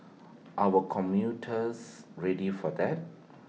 our commuters ready for that